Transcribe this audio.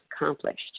accomplished